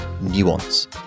nuance